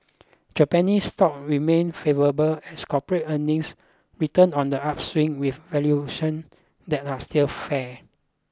Japanese stocks remain favourable as corporate earnings return on the upswing with valuation that are still fair